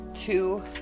two